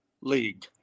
league